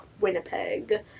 Winnipeg